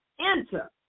enter